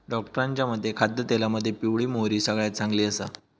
डॉक्टरांच्या मते खाद्यतेलामध्ये पिवळी मोहरी सगळ्यात चांगली आसा